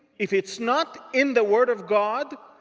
if it's not in the word of god.